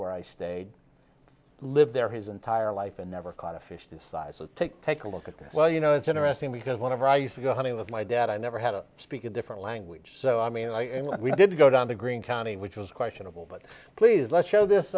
where i stayed i lived there his entire life and never caught a fish this size so take take a look at this well you know it's interesting because whenever i used to go hunting with my dad i never had to speak a different language so i mean we did go down the green county which was questionable but please let's show this